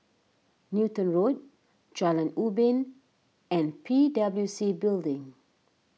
Newton Road Jalan Ubin and P W C Building